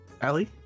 Allie